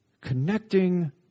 connecting